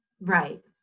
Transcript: Right